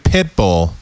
Pitbull